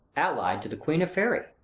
allied to the queen of fairy.